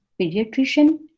pediatrician